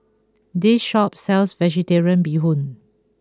this shop sells Vegetarian Bee Hoon